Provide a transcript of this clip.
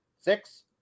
six